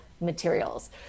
materials